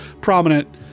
prominent